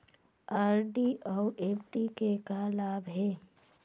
RD अऊ FD के का लाभ हे?